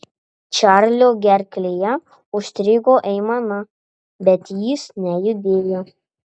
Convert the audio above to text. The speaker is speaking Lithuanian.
čarlio gerklėje užstrigo aimana bet jis nejudėjo